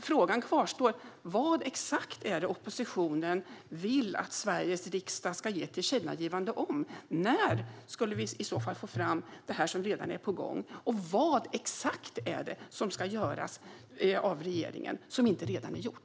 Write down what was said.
Frågan kvarstår: Vad exakt är det oppositionen vill att Sveriges riksdag ska ge ett tillkännagivande om, när skulle vi i så fall få fram det - som redan är på gång - och vad exakt är det som ska göras av regeringen som inte redan är gjort?